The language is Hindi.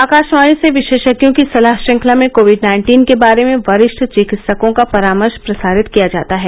आकाशवाणी से विशेषज्ञों की सलाह श्रृंखला में कोविड नाइन्टीन के बारे में वरिष्ठ चिकित्सकों का परामर्श प्रसारित किया जाता है